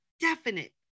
definite